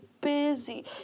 busy